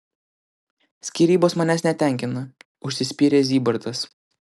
skyrybos manęs netenkina užsispyrė zybartas